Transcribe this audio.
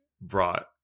brought